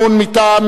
אפילו לא מתוך כעס,